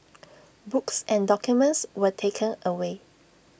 books and documents were taken away